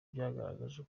byagaragaje